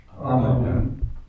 Amen